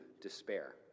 despair